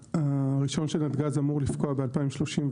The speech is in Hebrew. הרישיון של נתג"ז אמור לפקוע ב-2034,